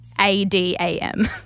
A-D-A-M